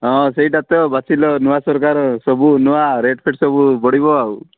ହଁ ସେଇଟା ତ ବାଛିଲ ନୂଆ ସରକାର ସବୁ ନୂଆ ରେଟ୍ ଫେଟ୍ ସବୁ ବଢ଼ିବ ଆଉ